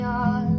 on